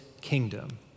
kingdom